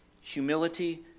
Humility